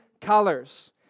colors